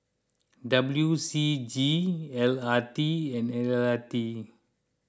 W C G L R T and L R T